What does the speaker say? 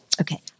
Okay